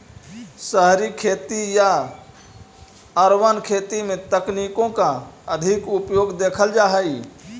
शहरी खेती या अर्बन खेती में तकनीकों का अधिक उपयोग देखल जा हई